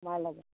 সোমাই ল'বা